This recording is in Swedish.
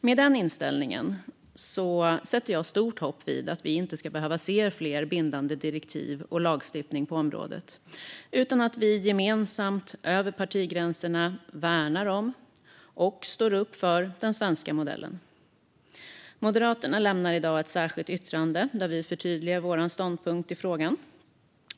Med den inställningen sätter jag stort hopp till att vi inte ska behöva se fler bindande direktiv och lagförslag på området utan att vi gemensamt över partigränserna värnar och står upp för den svenska modellen. Moderaterna lämnar i dag ett särskilt yttrande, där vi förtydligar vår ståndpunkt i frågan.